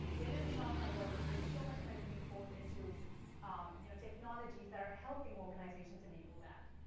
it is a top priority. there's so much money being poured into um you know technologies that are helping organizations enable that.